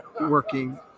working